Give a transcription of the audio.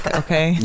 okay